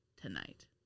tonight